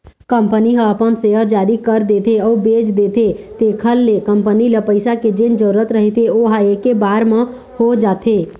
company ह अपन share जारी कर देथे अउ बेच देथे तेखर ले कंपनी ल पइसा के जेन जरुरत रहिथे ओहा ऐके बार म हो जाथे